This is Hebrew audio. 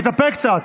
תתאפק קצת.